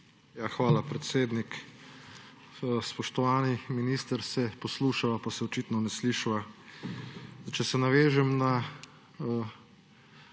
Hvala, predsednik. Spoštovani minister, se poslušava, pa se očitno ne slišiva. Če se navežem na